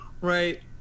Right